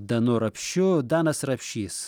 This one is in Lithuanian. danu rapšiu danas rapšys